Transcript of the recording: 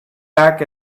back